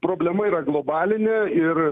problema yra globalinė ir